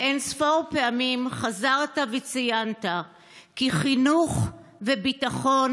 אין-ספור פעמים חזרת וציינת כי חינוך וביטחון